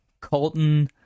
Colton